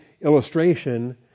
illustration